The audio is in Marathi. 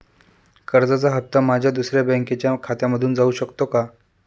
कर्जाचा हप्ता माझ्या दुसऱ्या बँकेच्या खात्यामधून जाऊ शकतो का?